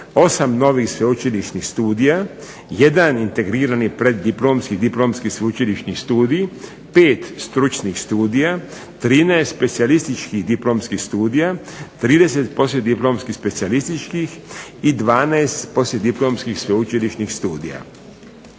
8 novih sveučilišnih studija, 1 integrirani preddiplomski, diplomski i sveučilišni studij, 5 stručnih studija, 13 specijalističkih diplomskih studija, 30 poslijediplomskih specijalističkih i 12 poslijediplomskih sveučilišnih studija.